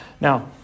Now